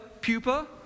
pupa